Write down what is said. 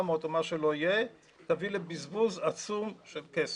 או מה שלא יהיה תביא לבזבוז עצום של כסף.